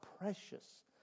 precious